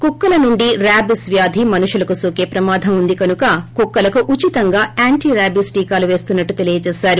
కుక్కలకు నుండి రాబిస్ వ్యాధి మనుష్యలకు నోకె ప్రమాదం ఉంది కనుక కుక్కల ఉచితంగా ఆంటీ రాబిస్ టీకాలు పేస్తున్నాట్లు తెలియచేశారు